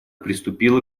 приступила